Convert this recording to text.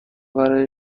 برای